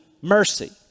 mercy